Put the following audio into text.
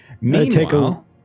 Meanwhile